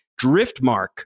Driftmark